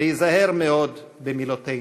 להיזהר מאוד במילותינו.